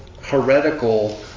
heretical